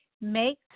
make